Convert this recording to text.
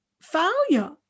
failure